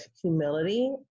humility